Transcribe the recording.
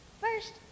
First